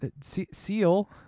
Seal